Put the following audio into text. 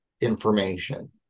information